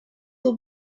will